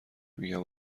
میگم